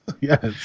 Yes